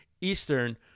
Eastern